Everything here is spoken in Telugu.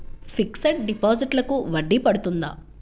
ఫిక్సడ్ డిపాజిట్లకు వడ్డీ పడుతుందా?